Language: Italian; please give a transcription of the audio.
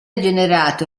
generato